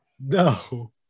no